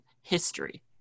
history